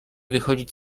wychodzić